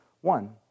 one